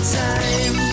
time